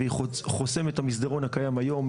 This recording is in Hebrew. והיא חוסמת את המסדרון הקיים היום,